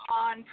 on